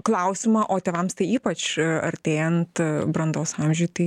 klausimą o tėvams tai ypač artėjant brandos amžiui tai